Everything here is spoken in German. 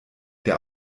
der